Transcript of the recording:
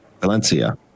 Valencia